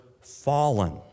fallen